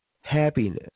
happiness